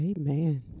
Amen